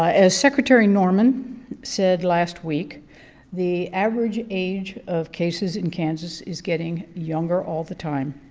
ah as secretary norman said last week the average age of cases in kansas is getting younger all the time.